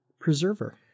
preserver